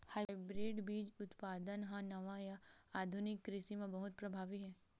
hybrid बीज उत्पादन हा नवा या आधुनिक कृषि मा बहुत प्रभावी हे